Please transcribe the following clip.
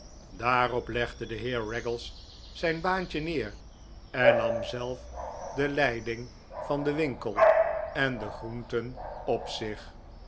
daarop legde de heer raggles zijn baantje neer en nam zelf de leiding van den winkel en de groenten op zich